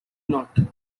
not